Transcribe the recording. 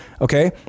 Okay